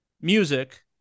music